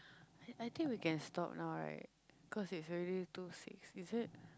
I think we can stop now right cause it's already two six is it